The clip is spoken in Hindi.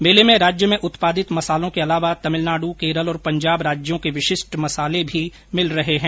मेले में राज्य में उत्पादित मसालों के अलावा तमिलनाड् केरल और पंजाब राज्यों के विशिष्ट मसाले भी मिल रहे है